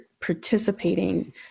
participating